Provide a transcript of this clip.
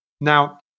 now